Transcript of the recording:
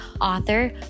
author